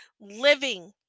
Living